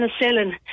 penicillin